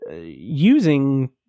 using